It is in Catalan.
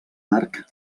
arc